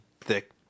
Thick